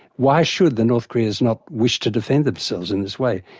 why should the north koreans not wish to defend themselves in this way?